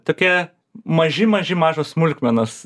tokie maži maži mažos smulkmenos